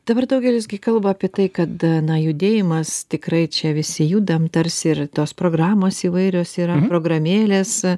dabar daugelis gi kalba apie tai kad na judėjimas tikrai čia visi judam tarsi ir tos programos įvairios yra programėlės